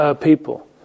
people